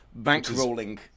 bankrolling